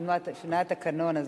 התקנון שונה,